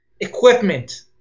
equipment